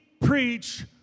preach